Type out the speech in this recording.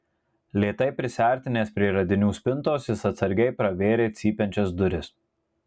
lėtai prisiartinęs prie radinių spintos jis atsargiai pravėrė cypiančias duris